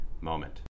moment